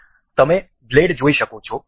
તમે બ્લેડ જોઈ શકો છો